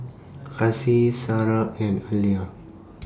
Kasih Sarah and Alya